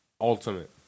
ultimate